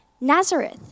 Nazareth